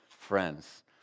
friends